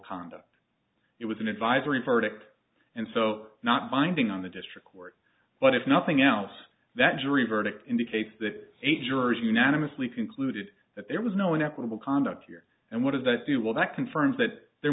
conduct it was an advisory perfect and so not binding on the district but if nothing else that jury verdict indicates that eight jurors unanimously concluded that there was no inequitable conduct here and what does that do well that confirms that there